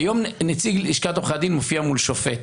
היום נציג לשכת עורכי הדין מופיע מול שופט.